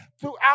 throughout